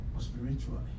Spiritually